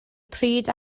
pryd